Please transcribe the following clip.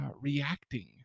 reacting